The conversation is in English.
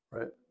Right